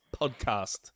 podcast